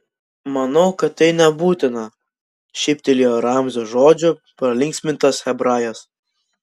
manau kad tai nebūtina šyptelėjo ramzio žodžių pralinksmintas hebrajas